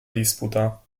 disputa